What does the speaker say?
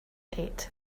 date